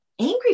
angry